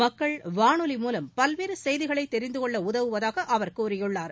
மக்கள் வானொலி மூலம் பல்வேறு செய்திகளை தெரிந்து கொள்ள உதவுவதாக அவர் கூறியுள்ளார்